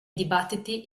dibattiti